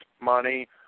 money